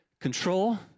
control